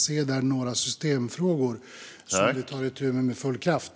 Det är några systemfrågor som vi tar itu med med full kraft.